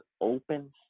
open